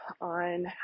on